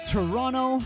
Toronto